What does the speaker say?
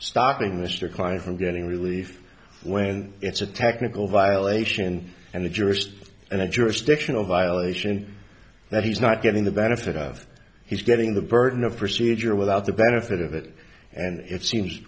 stopping mr kline from getting relief when it's a technical violation and the jurist and the jurisdiction of violation that he's not getting the benefit of he's getting the burden of procedure without the benefit of it and it seems